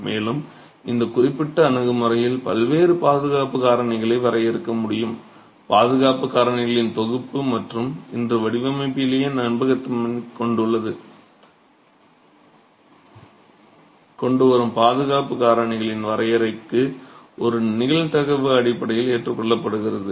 மேலும் இந்த குறிப்பிட்ட அணுகுமுறையில் பல்வேறு பாதுகாப்பு காரணிகளை வரையறுக்க முடியும் பாதுகாப்பு காரணிகளின் தொகுப்பு மற்றும் இன்று வடிவமைப்பிலேயே நம்பகத்தன்மையைக் கொண்டுவரும் பாதுகாப்பு காரணிகளின் வரையறைக்கு ஒரு நிகழ்தகவு அடிப்படை ஏற்றுக்கொள்ளப்படுகிறது